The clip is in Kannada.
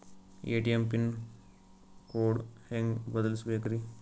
ಎ.ಟಿ.ಎಂ ಪಿನ್ ಕೋಡ್ ಹೆಂಗ್ ಬದಲ್ಸ್ಬೇಕ್ರಿ?